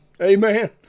Amen